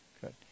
Good